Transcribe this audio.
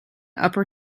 upper